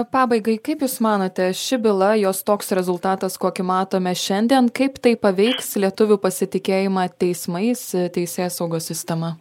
pabaigai kaip jūs manote ši byla jos toks rezultatas kokį matome šiandien kaip tai paveiks lietuvių pasitikėjimą teismais teisėsaugos sistema